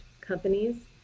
companies